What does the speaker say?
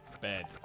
Bed